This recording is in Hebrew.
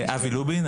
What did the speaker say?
אבי לובין,